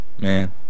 Man